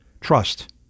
Trust